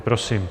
Prosím.